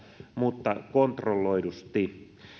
mutta kontrolloidusti